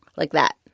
like that